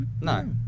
no